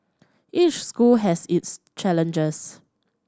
each school has its challenges